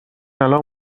الان